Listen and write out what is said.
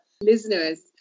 listeners